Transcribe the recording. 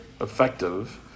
effective